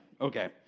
okay